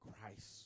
Christ